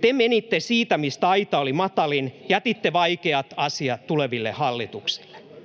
Te menitte siitä, mistä aita oli matalin. Jätitte vaikeat asiat tuleville hallituksille.